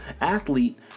athlete